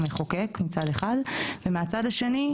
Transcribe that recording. מהצד השני,